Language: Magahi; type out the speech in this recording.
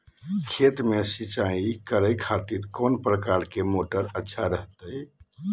खेत में सिंचाई करे खातिर कौन प्रकार के मोटर अच्छा रहता हय?